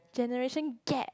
generation gap